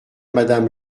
madame